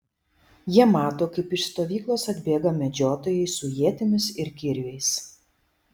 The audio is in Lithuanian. jie mato kaip iš stovyklos atbėga medžiotojai su ietimis ir kirviais